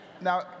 Now